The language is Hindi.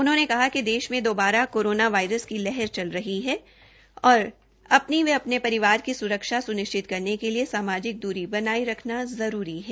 उन्होंने कहा कि देश में दोबारा कोरोना वायरस की लहर चल रही है और अपनी व अपने परिवार की सुरक्षा सुनिश्चित करने के लिए सामाजिक दूरी बनाये रखना जरूरी है